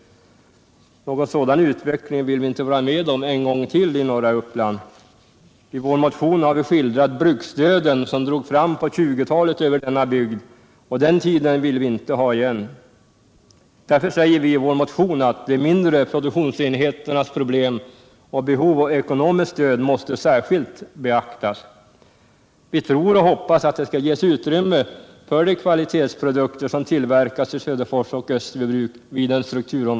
Någon sådan utveckling vill vi inte vara med om en gång till i norra Uppland. I vår motion har vi skildrat bruksdöden som drog fram på 1920-talet över denna bygd, och den tiden vill vi inte ha igen. Därför säger vi i vår motion att de mindre produktionsenheternas problem och behov av ekonomiskt stöd särskilt måste beaktas. Vi tror och hoppas att det vid en strukturomvandling skall ges utrymme för de kvalitetsprodukter som tillverkas i Söderfors och Österbybruk.